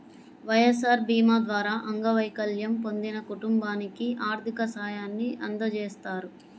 వైఎస్ఆర్ భీమా ద్వారా అంగవైకల్యం పొందిన కుటుంబానికి ఆర్థిక సాయాన్ని అందజేస్తారు